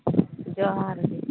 ᱡᱚᱦᱟᱨ ᱜᱮ